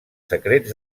secrets